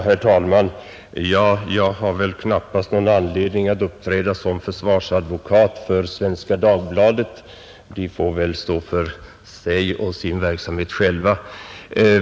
Herr talman! Jag har väl knappast någon anledning att uppträda som försvarsadvokat för Svenska Dagbladet. Tidningen får väl själv svara för sitt fögderi.